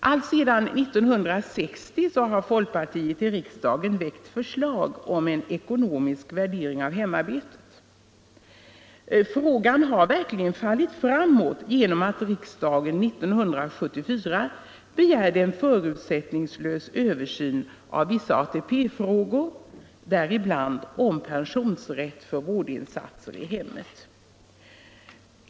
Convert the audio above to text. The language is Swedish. Alltsedan 1960 har folkpartiet i riksdagen väckt förslag om en ekonomisk värdering av hemarbetet. Frågan har verkligen fallit framåt genom att riksdagen 1974 begärde en förutsättningslös översyn av vissa ATP-frågor, däribland om pensionsrätt för vårdinsatser i hemmet.